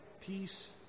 peace